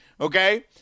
Okay